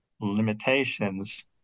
limitations